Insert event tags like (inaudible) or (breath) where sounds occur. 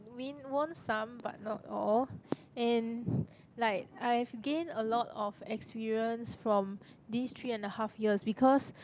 win won some but not all and (breath) like I've gained a lot of experience from these three and a half years because